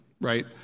right